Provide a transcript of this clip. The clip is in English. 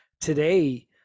today